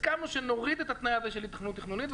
הסכמנו שנוריד את התנאי הזה של היתכנות תכנונית,